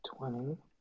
Twenty